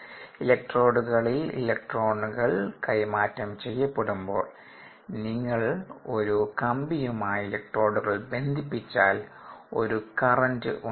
ഇലക്ട്രോഡുകളിൽ ഇലക്ട്രോണുകൾ കൈമാറ്റം ചെയ്യപ്പെടുമ്പോൾ നിങ്ങൾ ഒരു കമ്പിയുമായി ഇലക്ട്രോഡുകൾ ബന്ധിപ്പിച്ചാൽ ഒരു കറന്റ് ഉണ്ടാകും